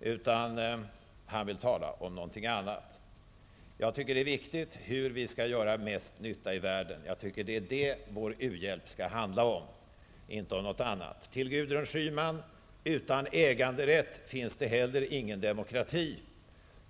utan han vill tala om något annat. Jag tycker att det är viktigt att tala om hur vi skall göra mest nytta i världen -- det är det vår u-hjälp skall handla om, inte om något annat. Till Gudrun Schyman vill jag säga, att utan äganderätt finns det heller ingen demokrati.